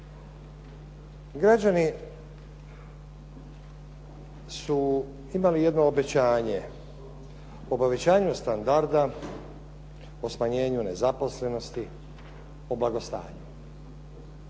Građani su imali jedno obećanje o povećanju standarda, o smanjenju nezaposlenosti, o blagostanju.